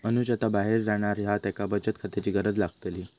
अनुज आता बाहेर जाणार हा त्येका बचत खात्याची गरज लागतली